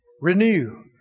Renew